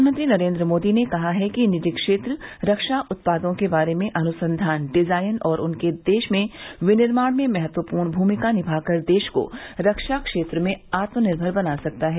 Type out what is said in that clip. प्रधानमंत्री नरेन्द्र मोदी ने कहा है कि निजी क्षेत्र रक्षा उत्पादों के बारे में अनुसंधान डिजायन और उनके देश में विनिर्माण में महत्वपूर्ण भूमिका निभाकर देश को रक्षा क्षेत्र में आत्मनिर्भर बना सकता है